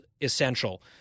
essential